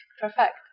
Perfect